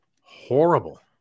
Horrible